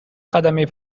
خدمه